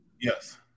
Yes